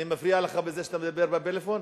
אני מפריע לך בזה שאתה מדבר בפלאפון?